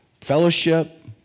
fellowship